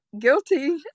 guilty